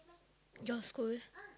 your school